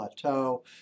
Plateau